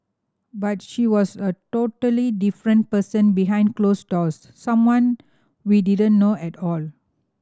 but she was a totally different person behind closed doors someone we didn't know at all